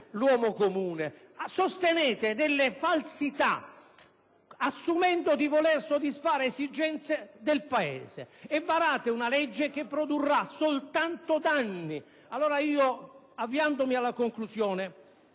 l'uomo comune. Sostenete falsità assumendo di volere soddisfare esigenze del Paese e varate una legge che produrrà soltanto danni. Avviandomi alla conclusione,